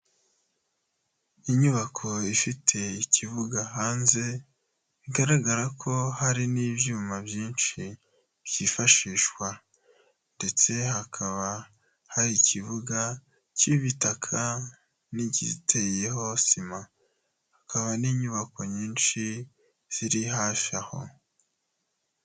Inyubako ifite ikibuga hanze bigaragara ko hari n'ibyuma byinshi byifashishwa ndetse hakaba hari ikibuga cy'ibitaka n'igiteyeho sima, hakaba n'inyubako nyinshi ziri hafi aho.